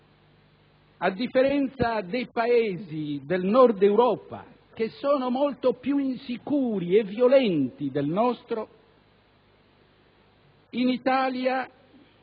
A differenza dei Paesi del Nord Europa, che sono molto più insicuri e violenti del nostro, in Italia